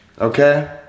Okay